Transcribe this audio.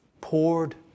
poured